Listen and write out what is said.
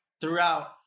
Throughout